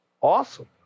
awesome